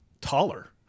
taller